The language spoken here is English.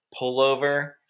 pullover